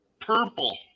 purple